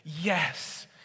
Yes